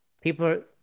people